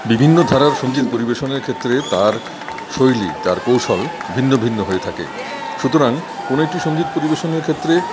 বিভিন্ন ধারার সঙ্গীত পরিবেশনের ক্ষেত্রে তার শৈলী তার কৌশল ভিন্ন ভিন্ন হয়ে থাকে সুতরাং কোনো একটি সঙ্গীত পরিবেশনের ক্ষেত্রে